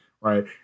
Right